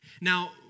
Now